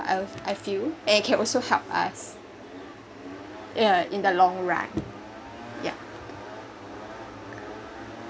I I feel and can also help us yeah in the long run yeah